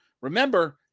Remember